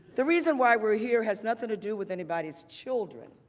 the reason why we are here has nothing to do with anybody's children.